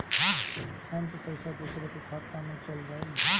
Phone से पईसा दूसरे के खाता में चल जाई?